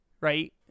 right